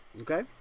Okay